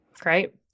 Great